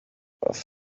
off